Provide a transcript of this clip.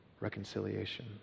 reconciliation